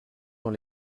dans